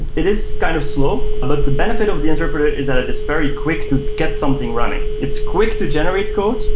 it is kind of slow, but the benefit of the interpreter is that it is very quick to get something running. it's quick to generate code,